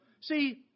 See